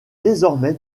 désormais